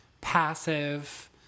passive